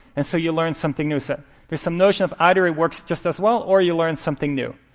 and so you learn something new. so there's some notion of either it works just as well, or you learn something new.